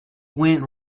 went